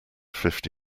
fifty